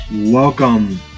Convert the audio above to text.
Welcome